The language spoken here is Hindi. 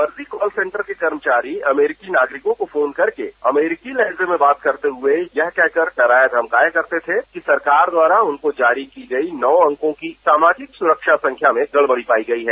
फर्जी कॉल सेंटर के कर्मचारी अमेरिकी नागरिकों को फोन करके अमेरिकी लहजे में बात करते हुए यह कह कर डराया धमकाया करते थे कि सरकार द्वारा उनको जारी की गई नौ अंकों की सामाजिक सुरक्षा संख्या में गडबड़ी पाई गई है